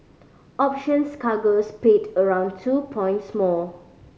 options cargoes paid around two points more